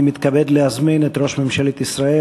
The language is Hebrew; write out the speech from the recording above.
אני מתכבד להזמין את ראש ממשלת ישראל,